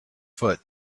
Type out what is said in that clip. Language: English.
foot